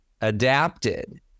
adapted